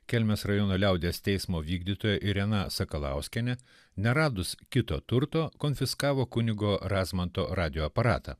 kelmės rajono liaudies teismo vykdytoja irena sakalauskienė neradus kito turto konfiskavo kunigo razmanto radijo aparatą